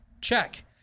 Check